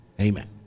Amen